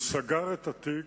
הוא סגר את התיק,